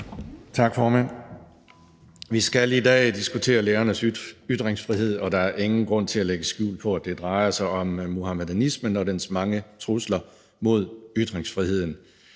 Tak, formand. Vi skal i dag diskutere lærernes ytringsfrihed, og der er ingen grund til at lægge skjul på, at det drejer sig om muhamedanismen og dens mange trusler mod ytringsfriheden.